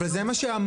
אבל זה מה שאמרת.